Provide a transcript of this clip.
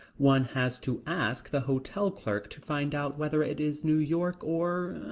one has to ask the hotel clerk to find out whether it is new york or.